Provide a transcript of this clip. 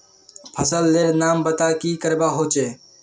फसल लेर नाम बता की करवा होचे?